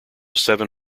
seven